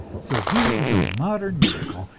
so here is a modern miracle,